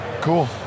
Cool